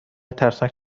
ترسناک